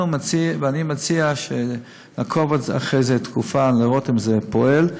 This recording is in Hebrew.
אני מציע שנעקוב אחרי זה תקופה, לראות אם זה פועל.